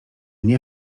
nie